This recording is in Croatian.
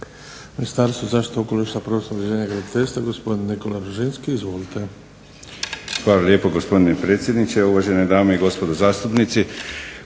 Ministarstvu zaštite okoliša, prostornog uređenja i graditeljstva, gospodin Nikola Ružinski. Izvolite. **Ružinski, Nikola** Hvala lijepo gospodine predsjedniče, uvažene dame i gospodo zastupnici.